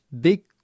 big